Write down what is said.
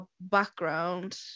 background